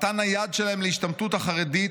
מתן היד שלהם להשתמטות החרדית,